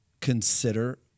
consider